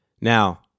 Now